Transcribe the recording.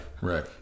Right